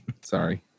Sorry